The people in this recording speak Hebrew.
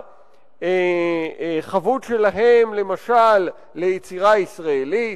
מהחבות שלהם למשל ליצירה ישראלית.